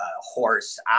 horse